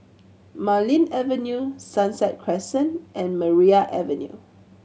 Marlene Avenue Sunset Crescent and Maria Avenue